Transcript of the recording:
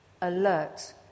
alert